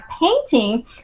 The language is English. painting